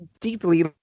deeply